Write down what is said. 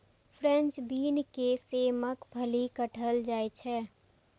French bean के सेमक फली कहल जाइ छै